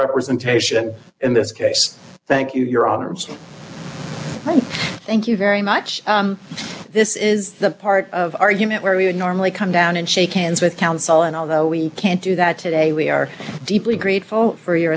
representation in this case thank you your arms thank thank you very much this is the part of our unit where we would normally come down and shake cans with counsel and although we can't do that today we are deeply grateful for your